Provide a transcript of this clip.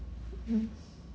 mm